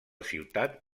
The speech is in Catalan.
ciutat